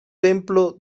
templo